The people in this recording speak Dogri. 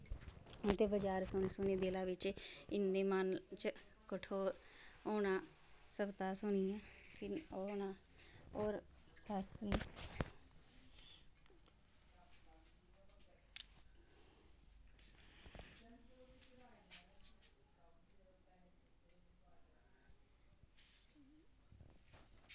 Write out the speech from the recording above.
इंदे बचार सुनी सुनी दिला बिच्च इन्नी मन च कठोर होने सवताह् सुनियै कि ओह् होना होर शास्त्री